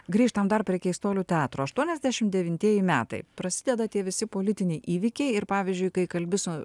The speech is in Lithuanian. grįžtam dar prie keistuolių teatro aštuoniasdešimt devintieji metai prasideda tie visi politiniai įvykiai ir pavyzdžiui kai kalbi su na